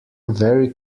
very